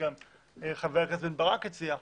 וגם חבר הכנסת ברק הציע,